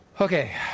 Okay